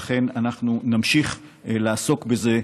לכן, אנחנו נמשיך לעסוק בזה.